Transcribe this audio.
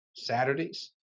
Saturdays